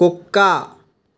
కుక్క